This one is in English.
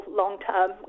long-term